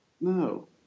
No